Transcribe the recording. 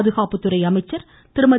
பாதுகாப்பு துறை அமைச்சர் திருமதி